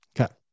okay